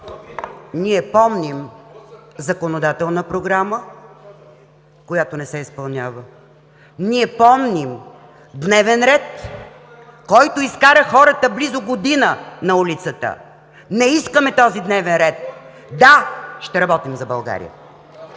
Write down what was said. ние помним законодателна програма, която не се изпълнява. Ние помним дневен ред, който изкара хората близо година на улицата. Не искаме този дневен ред. Да, ще работим за България.